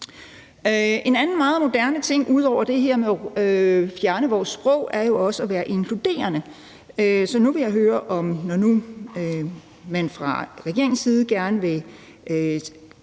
En anden meget moderne ting ud over det her med at fjerne ord i vores sprog er jo også at være inkluderende. Så nu vil jeg høre, om man, når nu man fra regeringens side gerne vil